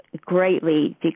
greatly